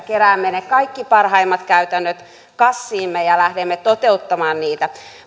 keräämme ne kaikki parhaimmat käytännöt kassiimme ja lähdemme toteuttamaan niitä